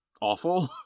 awful